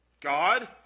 God